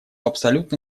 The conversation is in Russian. абсолютно